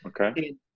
Okay